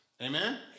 Amen